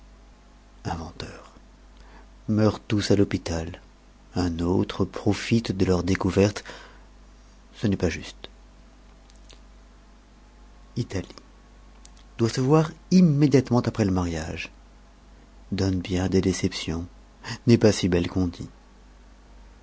inventeurs meurent tous à l'hôpital un autre profite de leur découverte ce n'est pas juste italie doit se voir immédiatement après le mariage donne bien des déceptions n'est pas si belle qu'on dit